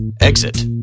Exit